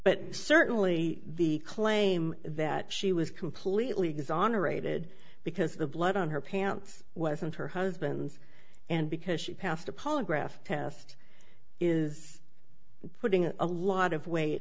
but certainly the claim that she was completely exonerated because the blood on her pants wasn't her husband's and because she passed a polygraph test is putting a lot of weight